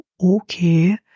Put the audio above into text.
okay